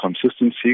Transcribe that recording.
consistency